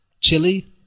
Chili